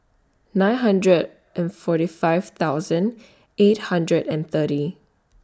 nine hundred and forty five thousand eight hundred and thirty